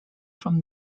from